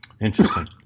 Interesting